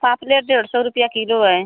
पापलेट डेढ़ सौ रुपिया किलो है